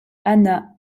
hana